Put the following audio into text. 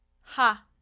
Ha